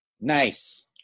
Nice